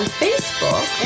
facebook